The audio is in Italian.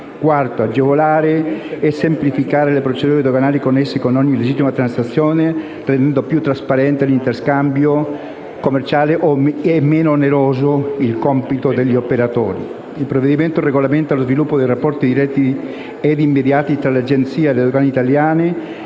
agevolare e semplificare le procedure doganali connesse a ogni legittima transazione, rendendo più trasparente l'interscambio commerciale e meno oneroso il compito degli operatori. Il provvedimento regolamenta lo sviluppo dei rapporti diretti ed immediati tra l'Agenzia italiana